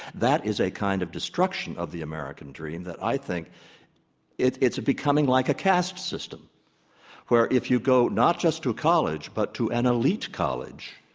that is a kind of destruction of the american dream that i think it's it's becoming like a caste system where if you go not just to college but to an elite college,